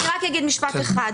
אני רק אגיד משפט אחד.